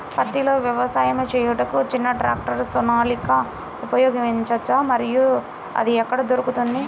పత్తిలో వ్యవసాయము చేయుటకు చిన్న ట్రాక్టర్ సోనాలిక ఉపయోగించవచ్చా మరియు అది ఎక్కడ దొరుకుతుంది?